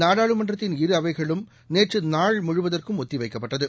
நாடாளுமன்றத்தின் இரு அவைகளும் நேற்றுநாள் முழுவதற்கும் ஒத்திவைக்கப்பட்டன